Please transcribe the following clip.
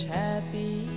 happy